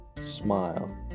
smile